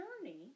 journey